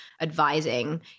advising